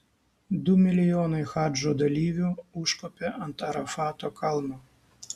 du milijonai hadžo dalyvių užkopė ant arafato kalno